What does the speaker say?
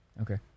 Okay